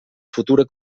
futura